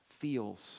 feels